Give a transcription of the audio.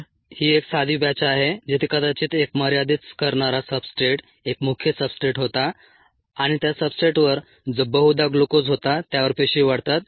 तर ही एक साधी बॅच आहे जिथे कदाचित एक मर्यादित करणारा सब्सट्रेट एक मुख्य सब्सट्रेट होता आणि त्या सब्सट्रेटवर जो बहुधा ग्लुकोज होता त्यावर पेशी वाढतात